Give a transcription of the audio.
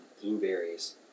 blueberries